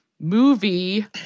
Movie